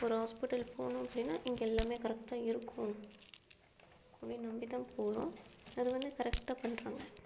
ஒரு ஹாஸ்பிட்டலுக்கு போகணும் அப்படின்னா இங்கே எல்லாம் கரெக்டாக இருக்கும் அப்படின்னு நம்பி தான் போகிறோம் அது வந்து கரெக்டாக பண்ணுறாங்க